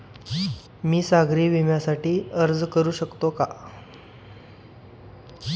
मी सागरी विम्यासाठी अर्ज करू शकते का?